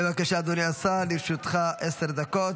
בבקשה, אדוני השר, לרשותך עשר דקות.